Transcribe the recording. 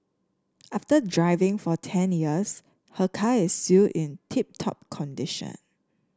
after driving for ten years her car is still in tip top condition